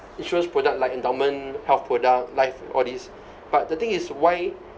insurance product like endowment health product life all these but the thing is why